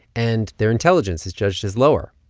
and their intelligence is judged as lower,